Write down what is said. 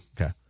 Okay